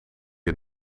het